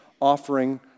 offering